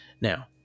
Now